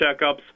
checkups